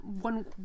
one